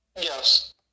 Yes